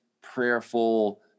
prayerful